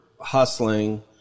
hustling